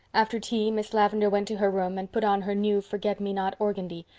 after tea miss lavendar went to her room and put on her new forget-me-not organdy,